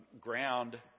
ground